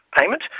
payment